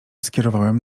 skierowałem